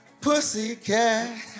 pussycat